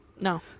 no